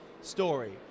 story